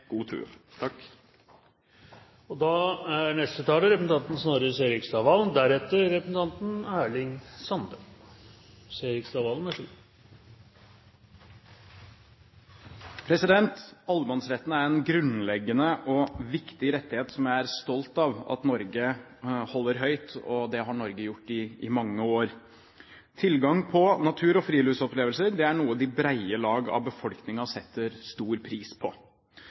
God tur! Allemannsretten er en grunnleggende og viktig rettighet som jeg er stolt av at Norge holder høyt. Det har Norge gjort i mange år. Tilgang på natur- og friluftsopplevelser er noe det brede lag av befolkningen setter stor pris på.